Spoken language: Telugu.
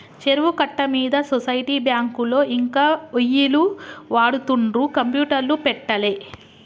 చెరువు కట్ట మీద సొసైటీ బ్యాంకులో ఇంకా ఒయ్యిలు వాడుతుండ్రు కంప్యూటర్లు పెట్టలే